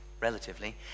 relatively